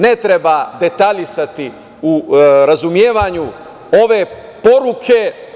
Ne treba detaljisati u razumevanju ove poruke.